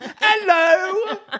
Hello